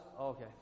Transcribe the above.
okay